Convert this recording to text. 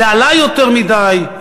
זה עלה יותר מדי,